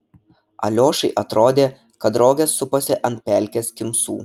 aliošai atrodė kad rogės suposi ant pelkės kimsų